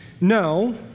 No